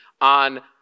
on